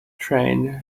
trained